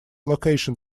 location